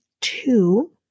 two